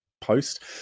post